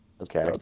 Okay